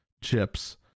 chips